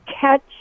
catch